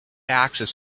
access